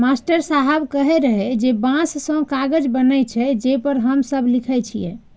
master साहेब कहै रहै जे बांसे सं कागज बनै छै, जे पर हम सब लिखै छियै